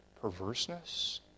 perverseness